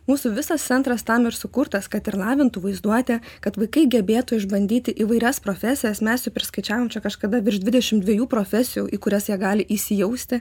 mūsų visas centras tam ir sukurtas kad ir lavintų vaizduotę kad vaikai gebėtų išbandyti įvairias profesijas mes priskaičiavom čia kažkada virš dvidešim dviejų profesijų į kurias jie gali įsijausti